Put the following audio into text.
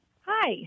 Hi